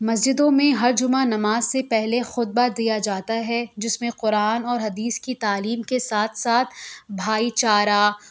مسجدوں میں ہر جمعہ نماز سے پہلے خطبہ دیا جاتا ہے جس میں قرآن اور حدیث کی تعلیم کے ساتھ ساتھ بھائی چارہ